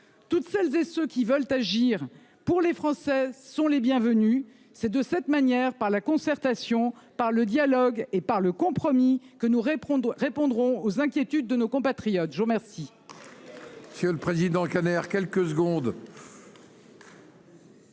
toutes celles et ceux qui veulent agir pour les Français sont les bienvenues. C'est de cette manière par la concertation, par le dialogue et par le compromis que nous répondons répondront aux inquiétudes de nos compatriotes. Je vous remercie.